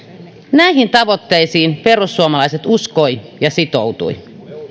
näihin tavoitteisiin perussuomalaiset uskoivat ja sitoutuivat